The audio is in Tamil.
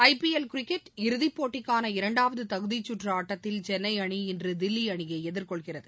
ஐ பி எல் கிரிக்கெட் இறுதிப் போட்டிக்கான இரண்டாவது தகுதிச் சுற்று ஆட்டத்தில் சென்னை அணி இன்று தில்லி அணியை எதிர்கொள்கிறது